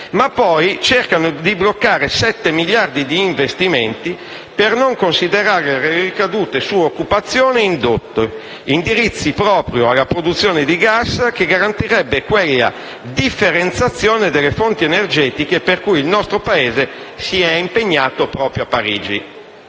ma poi cercano di bloccare sette miliardi di investimenti, per non considerare le ricadute su occupazione e indotto, indirizzati proprio alla produzione di gas che garantirebbe quella differenziazione delle fonti energetiche per cui il nostro Paese si è impegnato proprio a Parigi.